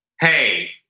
hey